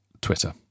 Twitter